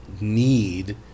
need